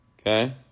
Okay